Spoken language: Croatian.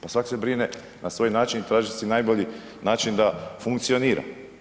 Pa svak se brine na svoj način, traži si najbolji način da funkcionira.